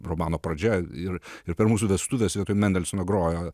romano pradžia ir ir per mūsų vestuves vietoj mendelsono grojo